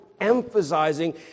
emphasizing